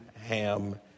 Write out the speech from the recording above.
Ham